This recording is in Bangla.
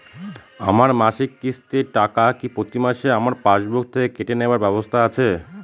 আমার মাসিক কিস্তির টাকা কি প্রতিমাসে আমার পাসবুক থেকে কেটে নেবার ব্যবস্থা আছে?